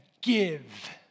give